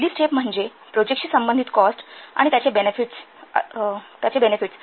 पहिली स्टेप म्हणजे प्रोजेक्टशी संबंधित कॉस्ट आणि त्याचे बेनेफिट्स